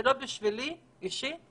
זה לא בשבילי באופן אישי,